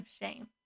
shame